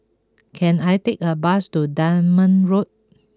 can I take a bus to Dunman Road